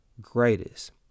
greatest